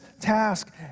task